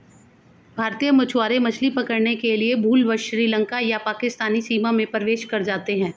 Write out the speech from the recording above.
भारतीय मछुआरे मछली पकड़ने के लिए भूलवश श्रीलंका या पाकिस्तानी सीमा में प्रवेश कर जाते हैं